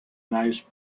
nice